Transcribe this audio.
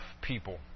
people